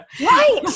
Right